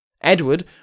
Edward